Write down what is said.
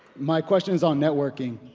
my question's on networking.